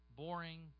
boring